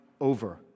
over